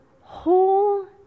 whole